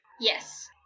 Yes